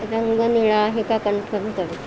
रंग निळा आहे का कन्फर्म कर